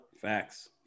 Facts